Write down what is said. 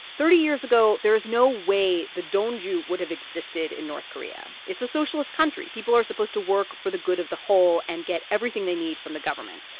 thirty years ago, there is no way the donju would have existed in north korea. it's a socialist country. people are supposed to work for the good of the whole and get everything they need from the government.